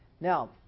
Now